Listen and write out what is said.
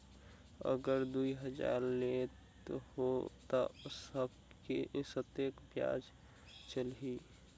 अगर दुई हजार लेत हो ता कतेक ब्याज चलही?